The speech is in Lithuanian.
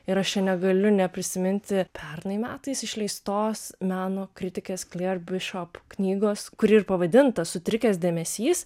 ir aš čia negaliu neprisiminti pernai metais išleistos meno kritikės klier bišop knygos kuri ir pavadinta sutrikęs dėmesys